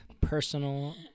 personal